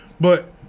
But-